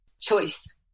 choice